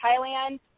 Thailand